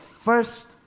first